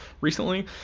recently